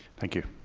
thank you.